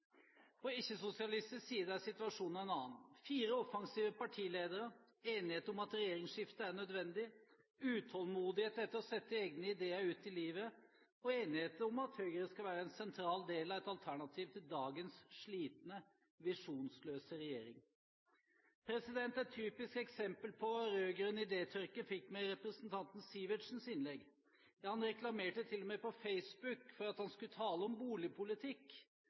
På ikke-sosialistisk side er situasjonen en annen: fire offensive partiledere, enighet om at regjeringsskifte er nødvendig, utålmodighet etter å sette egne ideer ut i livet, og enighet om at Høyre skal være en sentral del av et alternativ til dagens slitne, visjonsløse regjering. Et typisk eksempel på rød-grønn idétørke fikk vi i representanten Sivertsens innlegg. Ja, han reklamerte til og med på Facebook for at han skulle tale om boligpolitikk.